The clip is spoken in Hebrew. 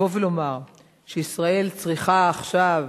לבוא ולומר שישראל צריכה עכשיו,